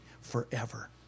forever